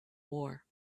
war